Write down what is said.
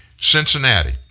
Cincinnati